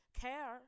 care